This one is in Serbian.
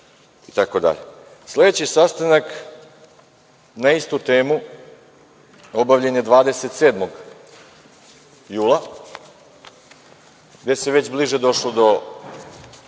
itd. Sledeći sastanak na istu temu obavljen je 27. jula, gde se već bliže došlo do